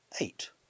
Eight